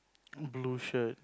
blue shirt